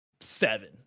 seven